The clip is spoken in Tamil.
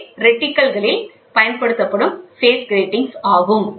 இவை ரெட்டிகல்களில் பயன்படுத்தப்படும் ஃபேஸ் கிராட்டிங்ஸ் ஆகும்